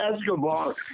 Escobar